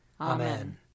Amen